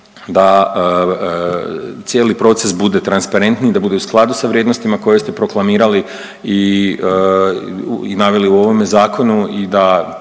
da cijeli proces bude transparentniji da bude u skladu sa vrijednostima koje ste proklamirali i naveli u ovome zakone